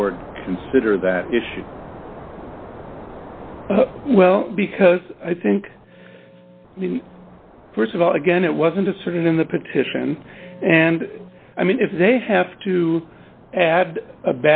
board consider that issue well because i think st of all again it wasn't asserted in the petition and i mean if they have to add a